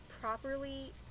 properly